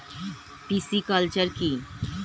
Pisciculture কি?